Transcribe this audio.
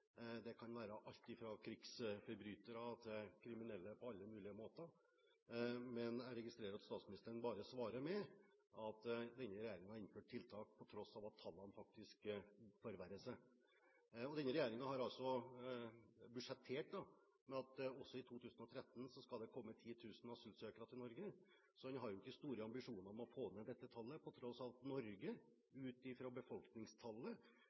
Det kan være alt fra krigsforbrytere til kriminelle på alle mulige måter. Jeg registrerer at statsministeren bare svarer med at denne regjeringen har innført tiltak – på tross av at tallene faktisk forverrer seg. Denne regjeringen har budsjettert med at også i 2013 skal det komme 10 000 asylsøkere til Norge. Så en har ikke store ambisjoner om å få ned dette tallet, på tross av at Norge ut fra befolkningstallet